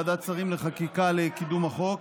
התנגדה ועדת שרים לחקיקה לקידום החוק.